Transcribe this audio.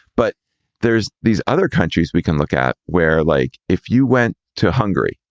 but there's these other countries we can look at where like if you went to hungary,